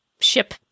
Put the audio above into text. ship